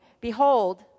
behold